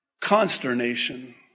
consternation